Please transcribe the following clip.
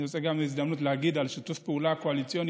אני רוצה בהזדמנות זו לדבר על שיתוף הפעולה הקואליציוני